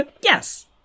Yes